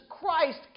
Christ